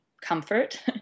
comfort